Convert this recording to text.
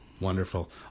Wonderful